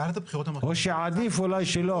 או שעדיף אולי שלא.